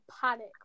panic